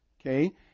okay